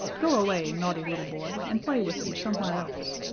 go away, naughty little boy, and play with them somewhere else.